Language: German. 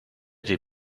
die